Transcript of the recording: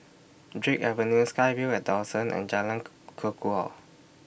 Drake Avenue SkyVille At Dawson and Jalan Kukor